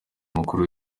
mukuru